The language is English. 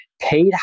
paid